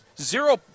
zero